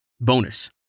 Bonus